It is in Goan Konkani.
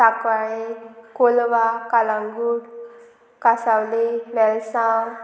ताकवाळी कोलवा कांगूट कासावली वेसांव